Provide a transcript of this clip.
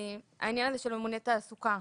העניין הזה של יומני תעסוקה